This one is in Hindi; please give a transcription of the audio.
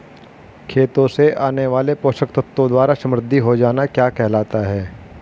खेतों से आने वाले पोषक तत्वों द्वारा समृद्धि हो जाना क्या कहलाता है?